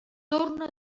torna